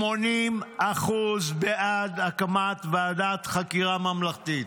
80% בעד הקמת ועדת חקירה ממלכתית,